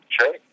Sure